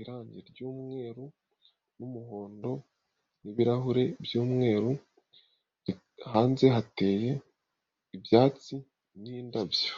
irangi ry'umweru n'umuhondo n'ibirahure by'umweru, hanze hateye ibyatsi n'indabyo.